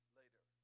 later